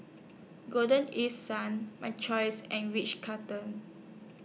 Golden East Sun My Choice and Ritz Carlton